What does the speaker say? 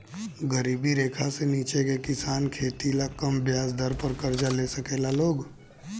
गरीबी रेखा से नीचे के किसान खेती ला कम ब्याज दर पर कर्जा ले साकेला लोग